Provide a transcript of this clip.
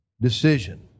decision